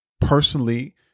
personally